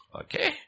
Okay